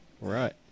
Right